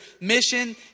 mission